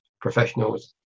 professionals